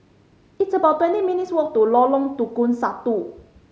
it's about twenty minutes' walk to Lorong Tukang Satu